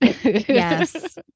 yes